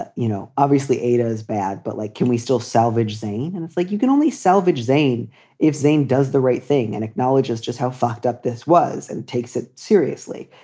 ah you know, obviously ada's bad but like, can we still salvage zane? and it's like you can only salvage zane if zane does the right thing and acknowledges just how fucked up this was and takes it seriously.